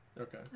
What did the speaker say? Okay